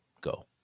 Go